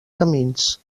camins